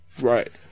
Right